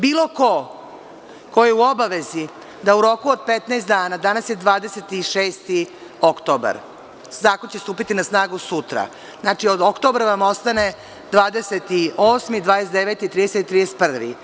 Bilo ko, ko je u obavezi da u roku od 15 dana, danas je 26. oktobar, zakon će stupiti na snagu sutra, znači, od oktobra vam ostane 28, 29, 30. i 31.